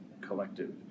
Collective